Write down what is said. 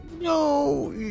No